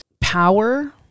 power